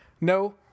No